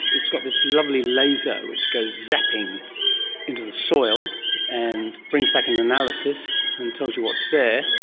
it's got this lovely laser which goes zapping into the soil and brings back an analysis and tells you what's there.